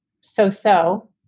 so-so